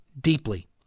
deeply